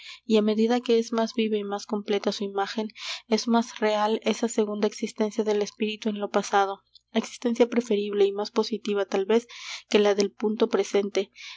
y á medida que es más viva y más completa su imagen es más real esa segunda existencia del espíritu en lo pasado existencia preferible y más positiva tal vez que la del punto presente